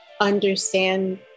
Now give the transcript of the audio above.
understand